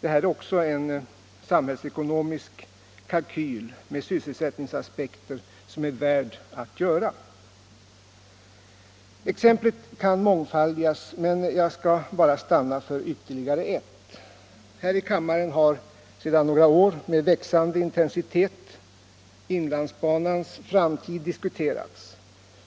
Detta är en samhällsekonomisk kalkyl med sysselsättningsaspekter som är värd att göra. Exemplen kan mångfaldigas, men jag skall stanna för bara ytterligare ett. Här i kammaren har sedan några år med växande intensitet inlandsbanans framtid diskuterats.